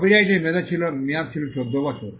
কপিরাইটটির মেয়াদ ছিল 14 বছর